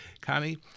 Connie